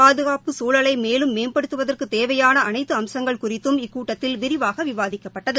பாதுகாப்பு சூழலை மேலும் மேம்படுத்துவதற்குத் தேவையான அனைத்து அம்சங்கள் குறித்தும் இக்கூட்டத்தில் விரிவாக விவாதிக்கப்பட்டது